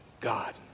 God